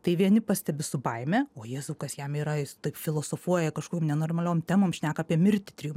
tai vieni pastebi su baime o jėzau kas jam yra jis taip filosofuoja kažkur nenormaliom temom šneką apie mirtį trijų